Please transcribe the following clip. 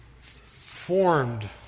formed